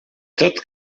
tot